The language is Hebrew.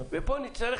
פה אני צריך